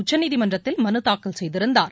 உச்சநீதிமன்றத்தில் மனு தாக்கல் செய்திருந்தார்